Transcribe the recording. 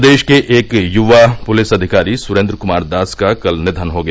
प्रदेश के एक युवा पुलिस अधिकारी सुरेन्द्र कुमार दास का कल नियन हो गया